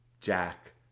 Jack